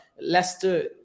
Leicester